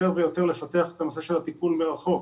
ויותר לפתח את הנושא של הטיפול מרחוק.